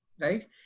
right